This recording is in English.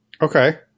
Okay